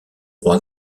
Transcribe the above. roi